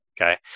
Okay